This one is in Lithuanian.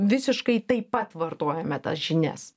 visiškai taip pat vartojame tas žinias